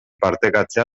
partekatzea